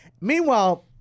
Meanwhile